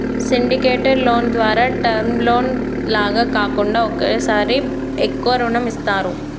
syndicated loan ద్వారా term loan లాగా కాకుండా ఒకేసారి ఎక్కువ రుణం ఇస్తారు